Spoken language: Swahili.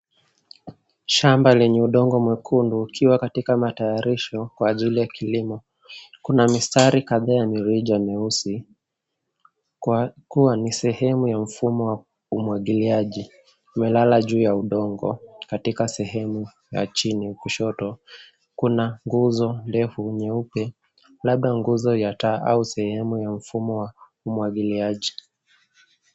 Shamba lenye udongo mwekundu ukiwa katika matayarisho kwa ajili ya kilimo. Kuna mistari kadhaa ya mirija meusi kwa kuwa ni sehemu ya mfumo wa umwagiliaji, umelala juu ya udongo katika sehemu ya chini kushoto. Kuna nguzo ndefu nyeupe labda nguzo ya taa au sehemu ya mfumo wa umwagiliaji.